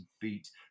beat